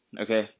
okay